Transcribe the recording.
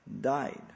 died